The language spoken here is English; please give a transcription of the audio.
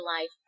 life